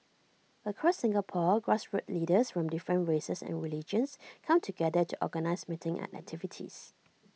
across Singapore grassroots leaders from different races and religions come together to organise meetings and activities